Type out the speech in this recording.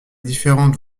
différentes